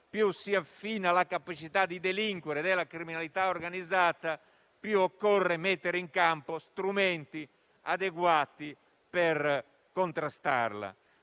più si affina la capacità di delinquere della criminalità organizzata, più occorre mettere in campo strumenti adeguati per contrastarla.